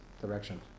direction